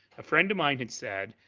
a friend of mine had said,